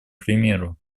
примеру